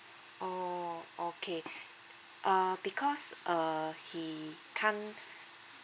oh okay uh because uh he can't